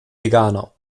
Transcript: veganer